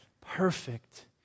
perfect